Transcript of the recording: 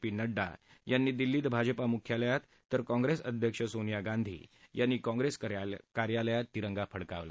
P Nadda यांनी दिल्लीत भाजपा मुख्यालयात तर काँग्रेस अध्यक्ष सोनिया गांधी यांनी काँग्रेस कार्यालयात तिरंगा फडकावला